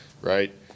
right